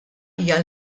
hija